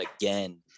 again